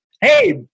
hey